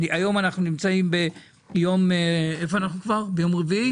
היום אנחנו ביום רביעי,